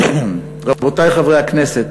רבותי חברי הכנסת,